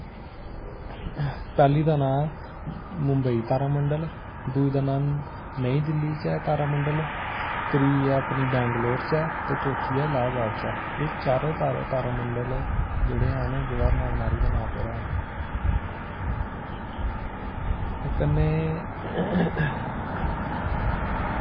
पैह्ली दा नांऽ मुंबई तारामंडल दूई दा नांऽ नई दिल्ली च ऐ तारामंडल त्रीऽ ई अपनी बैंगलोर च ऐ ते चौथी ऐ इलाहबाद च ऐ एह् चारो तारामंडल जेह्ड़े हैन एह् जवाहर लाल नेह्रू दे नांऽ पर हैन ते कन्नै